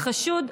לחשוד,